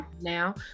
Now